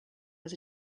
was